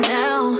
now